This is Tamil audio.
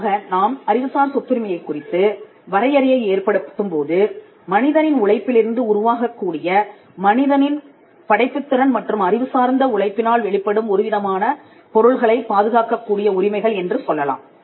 ஆக நாம் அறிவுசார் சொத்துரிமையைக் குறித்து வரையறையை ஏற்படுத்தும்போது மனிதனின் உழைப்பிலிருந்து உருவாகக்கூடிய மனிதனின் படைப்புத்திறன் மற்றும் அறிவு சார்ந்த உழைப்பினால் வெளிப்படும் ஒருவிதமான பொருள்களைப் பாதுகாக்கக்கூடிய உரிமைகள் என்று சொல்லலாம்